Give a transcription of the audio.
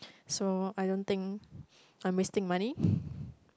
so I don't think I'm wasting money